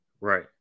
Right